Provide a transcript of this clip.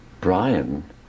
Brian